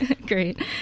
Great